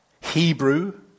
Hebrew